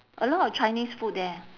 a lot of chinese food there